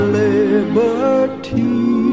liberty